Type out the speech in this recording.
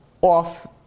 off